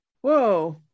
Whoa